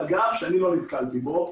אגב שאני לא נתקלתי בו.